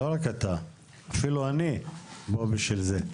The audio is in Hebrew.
לא רק אתה, אפילו אני פה בשביל זה.